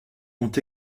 ont